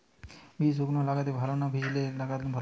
বীজ শুকনো লাগালে ভালো না ভিজিয়ে লাগালে ভালো?